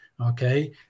Okay